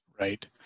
Right